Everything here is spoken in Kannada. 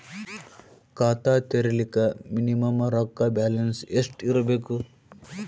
ಖಾತಾ ತೇರಿಲಿಕ ಮಿನಿಮಮ ರೊಕ್ಕ ಬ್ಯಾಲೆನ್ಸ್ ಎಷ್ಟ ಇರಬೇಕು?